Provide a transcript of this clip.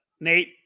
Nate